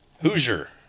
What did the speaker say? Hoosier